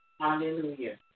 Hallelujah